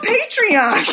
Patreon